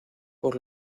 por